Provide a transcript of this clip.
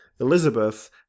Elizabeth